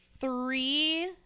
three